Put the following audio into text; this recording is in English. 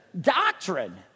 doctrine